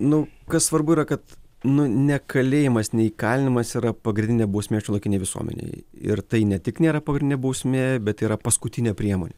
nu kas svarbu yra kad nu ne kalėjimas ne įkalinimas yra pagrindinė bausmė šiuolaikinėj visuomenėj ir tai ne tik nėra pagrindinė bausmė bet tai yra paskutinė priemonė